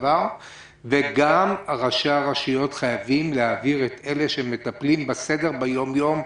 וגם ראשי הרשויות חייבים להעביר את אלה שמטפלים בסדר ביום יום,